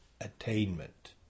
attainment